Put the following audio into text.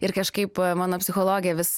ir kažkaip mano psichologė vis